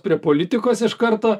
prie politikos iš karto